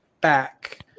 back